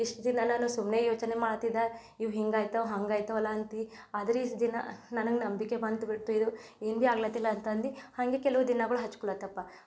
ಇಷ್ಟು ದಿನ ನಾನು ಸುಮ್ಮನೆ ಯೋಚನೆ ಮಾಡ್ತಿದ್ದೆ ಇವು ಹಿಂಗೆ ಆಗ್ತವ್ ಹಂಗೆ ಆಗ್ತಾವಲ್ಲ ಅಂತ ಆದ್ರೆ ಇಷ್ಟು ದಿನ ನನಗೆ ನಂಬಿಕೆ ಬಂದ್ ಬಿಡ್ತು ಇದು ಏನೂ ಬಿ ಆಗ್ಲತ್ತಿಲ ಅಂತಂದು ಹಾಗೆ ಕೆಲವು ದಿನಗಳು ಹಚ್ಕೊಳತಪ